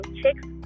chicks